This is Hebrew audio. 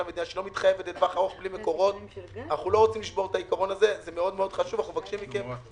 שהמדינה לא מתחייבת לטווח ארוך אנחנו לא רוצים לשבור את העיקרון הזה.